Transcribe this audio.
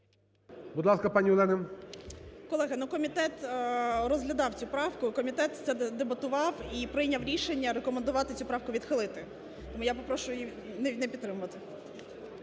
Будь ласка, пані Олена. 17:40:59 ШКРУМ А.І. Колеги, ну, комітет розглядав цю правку. Комітет це дебатував, і прийняв рішення рекомендувати цю правку відхилити. Тому я попрошу її не підтримувати.